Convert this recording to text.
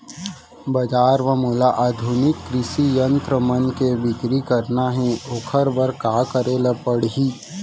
बजार म मोला आधुनिक कृषि यंत्र मन के बिक्री करना हे ओखर बर का करे ल पड़ही?